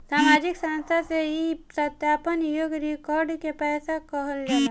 सामाजिक संस्था से ई सत्यापन योग्य रिकॉर्ड के पैसा कहल जाला